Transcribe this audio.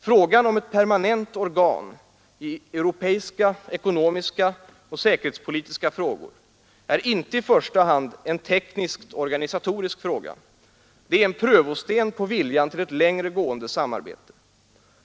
Frågan om ett permanent organ i europeiska ekonomiska och säkerhetspolitiska frågor är inte i första hand en tekniskt organisatorisk fråga. Det är en prövosten på viljan till längre gående samarbete.